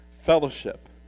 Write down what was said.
Fellowship